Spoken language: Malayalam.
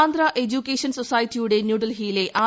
ആന്ധ്രാ എഡ്യൂക്കേഷൻ സൊസൈറ്റിയുടെ ന്യൂഡൽഹിയിലെ ആർ